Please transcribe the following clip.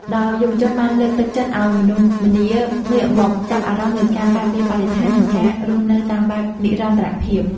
ដោយយុវជនបានលើកទឹកចិត្តឱ្យមនុស្សម្នាងាកមកចាប់អារម្មណ៍លើការការពារបរិស្ថាន និងការរស់នៅតាមបែបនិរន្តរភាព។